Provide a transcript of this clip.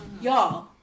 Y'all